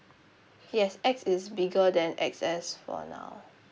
yes X is bigger than X_S for now